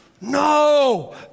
no